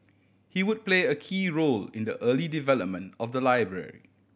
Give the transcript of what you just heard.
he would play a key role in the early development of the library